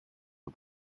for